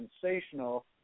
sensational